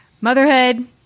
motherhood